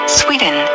sweden